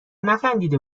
نخندیده